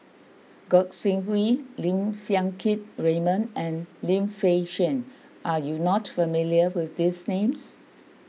Gog Sing Hooi Lim Siang Keat Raymond and Lim Fei Shen are you not familiar with these names